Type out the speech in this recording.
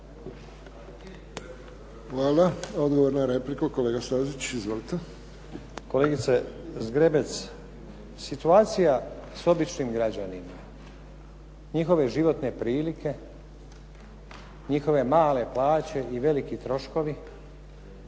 Hvala. Odgovor na repliku, kolega Stazić. Izvolite. **Stazić, Nenad (SDP)** Kolegice Zgrebec, situacija s običnim građanima, njihove životne prilike, njihove male plaće i veliki troškovi